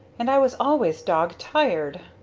and i was always dog-tired.